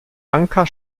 anker